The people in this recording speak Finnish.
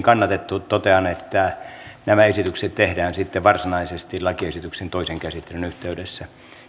totean että nämä esitykset tehdään sitten varsinaisesti lakiesityksen toisen käsittelyn yhteydessä